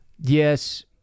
Yes